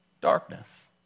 darkness